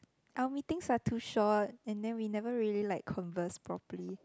our meetings are too short and then we never really like converse properly